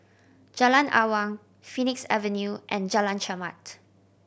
Jalan Awang Phoenix Avenue and Jalan Chermat